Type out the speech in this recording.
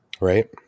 Right